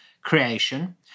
creation